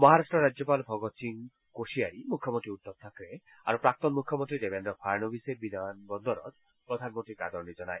মহাৰাট্টৰ ৰাজ্যপাল ভগত সিং কোচিয়াৰি মুখ্যমন্ত্ৰী উদ্ধৱ থাকৰে আৰু প্ৰাক্তন মুখ্যমন্ত্ৰী দেৱেজ্ৰ ফাড়নবিছে বিমান বন্দৰত প্ৰধানমন্ত্ৰীক আদৰণি জনায়